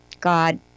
God